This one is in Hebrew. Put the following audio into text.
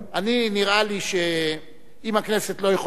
נראה לי שאם הכנסת לא יכולה להכריע